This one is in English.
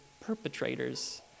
perpetrators